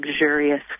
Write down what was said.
luxurious